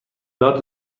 دار